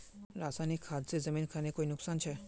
रासायनिक खाद से जमीन खानेर कोई नुकसान छे?